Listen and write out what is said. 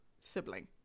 sibling